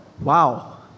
wow